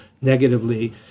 negatively